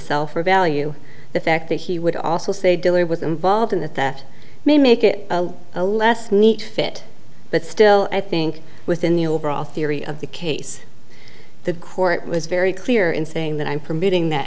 sell for value the fact that he would also say dealer was involved in that that may make it a less neat fit but still i think within the overall theory of the case the court was very clear in saying that i'm permitting th